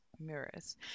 mirrors